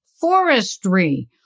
forestry